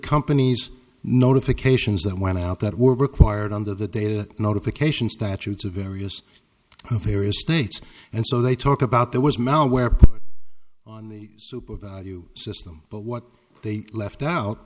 companies notifications that went out that were required under the data notification statutes of various various states and so they talk about there was malware put on the super value system but what they left out